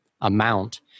amount